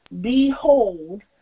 Behold